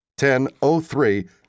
10.03